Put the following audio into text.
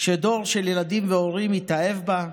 שדור של ילדים והורים התאהב בה,